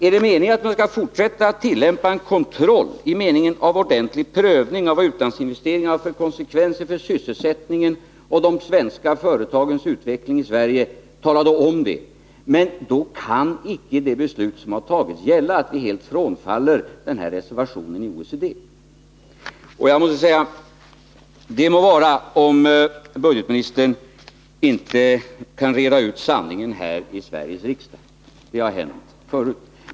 Är det meningen att man skall fortsätta att tillämpa en kontroll, i meningen ordentlig prövning, av vad utlandsinvesteringarna har för konsekvenser för sysselsättningen och de svenska företagens utveckling i Sverige, tala då om det. Men då kan inte det beslut som har tagits gälla — att ni helt frånfaller reservationen i OECD. Det må vara om inte budgetministern kan reda ut sanningen här i Sveriges riksdag. Det har hänt förut.